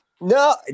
No